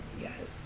yes